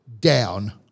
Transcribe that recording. down